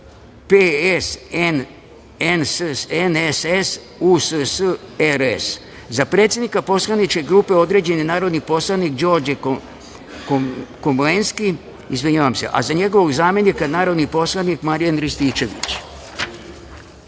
PS-NSS-USS-RS za predsednika poslaničke grupe određen je narodni poslanik Đorđe Komlenski, a za njegovog zamenika narodni poslanik Marijan Rističević. To